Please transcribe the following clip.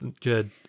Good